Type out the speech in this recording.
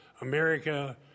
America